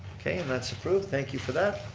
okay, and that's approved, thank you for that.